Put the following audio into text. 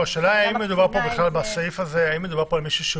השאלה אם מדובר בסעיף הזה על מישהו